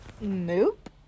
Nope